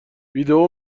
ویدئو